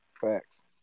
Facts